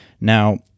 now